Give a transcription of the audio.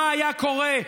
מה היה קורה,